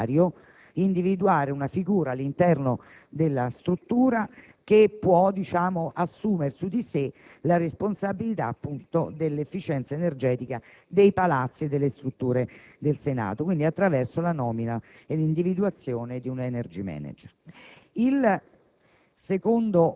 ma anche di individuare una figura all'interno della struttura, che può assumere su di sé la responsabilità dell'efficienza energetica dei palazzi e delle strutture del Senato, quindi attraverso la nomina e l'individuazione di un *energy manager*.